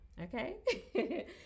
Okay